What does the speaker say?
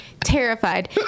Terrified